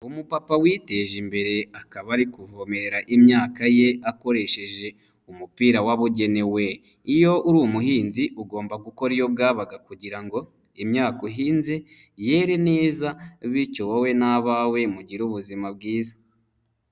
Umupapa witeje imbere akaba ari kuvomerera imyaka ye akoresheje umupira wababugenewe, iyo uri umuhinzi ugomba gukora iyo bwabaga kugira ngo imyaka uhinze yere neza bityo wowe n'abawe mugire ubuzima bwiza.